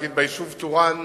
למשל, ביישוב טורעאן,